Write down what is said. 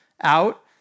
out